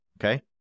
okay